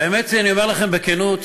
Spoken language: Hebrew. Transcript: והאמת היא, אני אומר לכם בכנות,